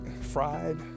fried